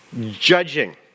Judging